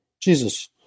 Jesus